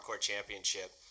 Championship